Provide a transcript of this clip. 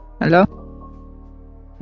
Hello